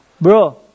Bro